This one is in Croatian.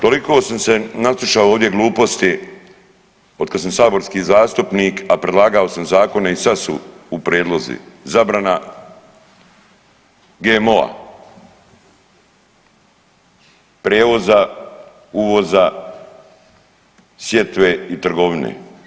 Toliko sam se naslušao ovdje gluposti od kad sam saborski zastupnik, a predlagao sam zakone i sad su u prijedlozi zabrana GMO-a, prijevoza, uvoza, sjetve i trgovine.